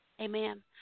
Amen